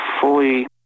fully